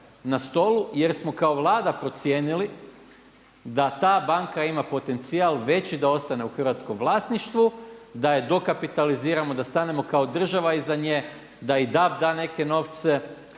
na stolu, jer smo kao Vlada procijenili da ta banka ima potencijal veći da ostane u hrvatskom vlasništvu, da je dokapitaliziramo, da stanemo kao država iza nje, da i DAV da neke novce,